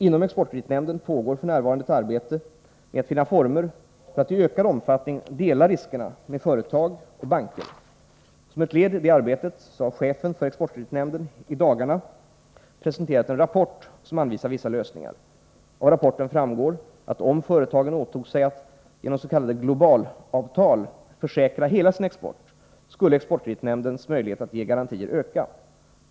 Inom exportkreditnämnden pågår f.n. ett arbete med att finna former för att i ökad omfattning dela riskerna med företag och banker. Som ett led i detta arbete har chefen för exportkreditnämnden i dagarna presenterat en rapport som anvisar vissa lösningar. Av rapporten framgår att om företagen åtog sig att genom s.k. globalavtal försäkra hela sin export skulle exportkreditnämndens möjligheter att ge garantier öka.